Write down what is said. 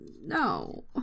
no